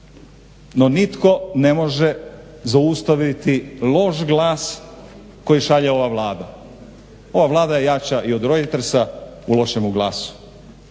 no nitko ne može zaustaviti loš glas koji šalje ova Vlada. Ova Vlada je jača i od Reutersa u lošemu glasu.